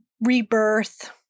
rebirth